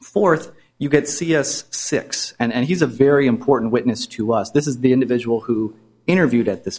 fourth you get c s six and he's a very important witness to us this is the individual who interviewed at this